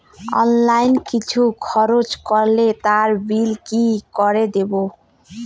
Online কিছু খরচ করলে তার বিল কি করে দেবো?